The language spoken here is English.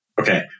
Okay